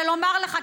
ולומר לך,